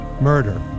Murder